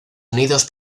unidos